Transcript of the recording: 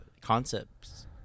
Concepts